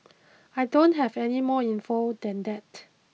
I don't have any more info than that